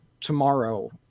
tomorrow